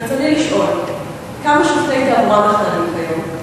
רצוני לשאול: 1. כמה שופטי תעבורה מכהנים כיום?